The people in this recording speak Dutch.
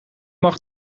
mag